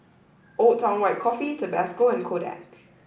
old Town White Coffee Tabasco and Kodak